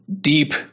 deep